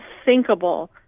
unthinkable